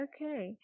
Okay